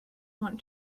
want